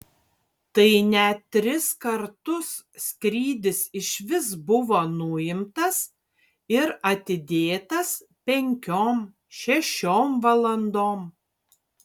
tai net tris kartus skrydis iš vis buvo nuimtas ir atidėtas penkiom šešiom valandom